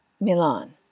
Milan